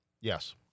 Yes